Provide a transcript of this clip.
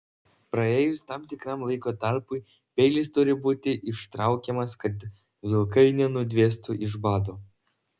praėjus tam tikram laiko tarpui peilis turi būti ištraukiamas kad vilkai nenudvėstų iš bado